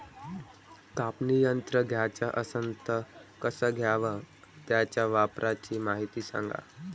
कापनी यंत्र घ्याचं असन त कस घ्याव? त्याच्या वापराची मायती सांगा